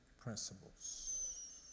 principles